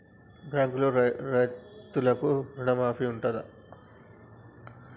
బ్యాంకులో రైతులకు రుణమాఫీ ఉంటదా?